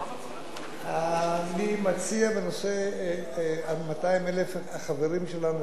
אני מציע בנושא 200,000 החברים שלנו,